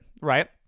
right